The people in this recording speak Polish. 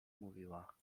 mówiła